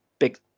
big